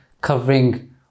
covering